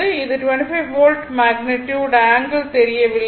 இது 25 volt magnitude angle தெரியவில்லை